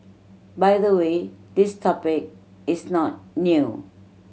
by the way this topic is not new